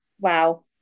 wow